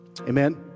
Amen